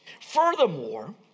Furthermore